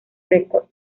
records